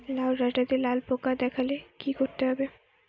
লাউ ডাটাতে লাল পোকা দেখালে কি করতে হবে?